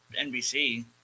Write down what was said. NBC